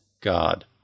God